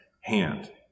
hand